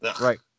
Right